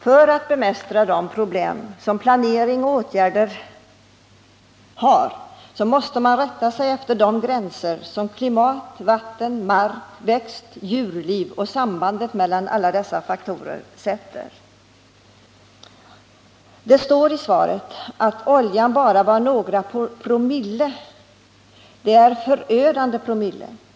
För att bemästra de problem som är förknippade med planering och åtgärder måste man rätta sig efter de gränser som bl.a. klimat, vatten, mark, växtoch djurliv och sambandet mellan alla dessa faktorer sätter. Det står i kommunministerns svar att oljan bara var någon promille. Det är förödande promille.